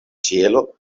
ĉielo